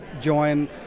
join